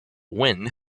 win